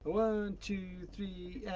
one, two, three,